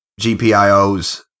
GPIOs